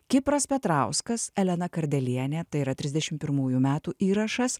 kipras petrauskas elena kardelienė tai yra trisdešimt pirmųjų metų įrašas